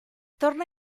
torna